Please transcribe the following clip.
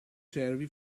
cervi